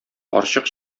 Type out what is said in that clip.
карчык